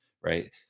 right